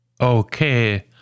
Okay